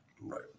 Right